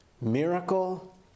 miracle